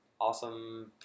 awesome